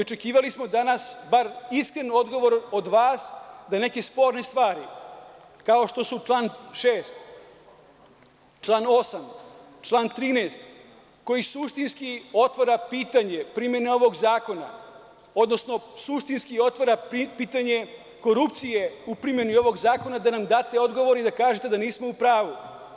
Očekivali smo danas bar iskren odgovor od vas, da na neke sporne stvari, kao što su član 6, član 8, član 13. koji suštinski otvara pitanje primene ovog zakona, odnosno suštinski otvara pitanje korupcije u primeni ovog zakona, date odgovor i da kažete da nismo u pravu.